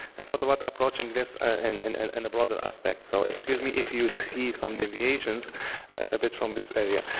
i thought about approaching this in and and and and a broader aspect so, excuse me if you see some deviations a bit from this area.